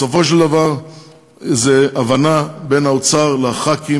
בסופו של דבר זו הבנה בין האוצר לח"כים,